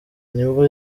nibwo